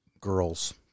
girls